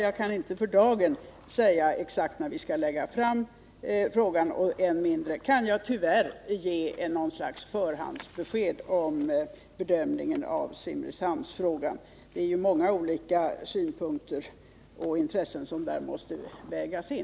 Jag kan dock inte för dagen säga exakt när vi skall lägga fram frågan och än mindre kan jag tyvärr ge något förhandsbesked om bedömningen av Simrishamnsfrågan — det är ju många olika synpunkter och intressen som där måste vägas in.